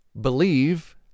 believe